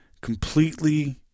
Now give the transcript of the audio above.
completely